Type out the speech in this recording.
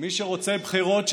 מי שרוצה בחירות,